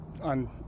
on